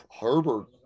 Herbert